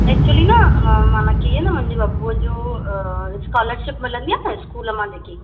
actually न माना की न मुंहिंजे बबूअ जो स्कॉलरशिप मिलंदी आहे न स्कूल मां जेकी